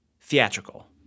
theatrical